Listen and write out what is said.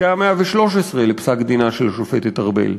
פסקה 113 בפסק-דינה של השופטת ארבל.